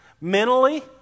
mentally